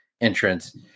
entrance